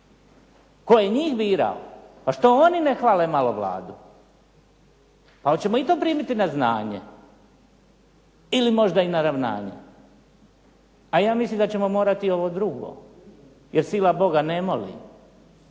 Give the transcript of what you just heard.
Tko je njih birao? Pa što oni ne hvale malo Vladu. Pa hoćemo i to primiti na znanje ili možda na ravnanje. A ja mislim da ćemo morati ovo drugo jer sila Boga ne moli